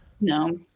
No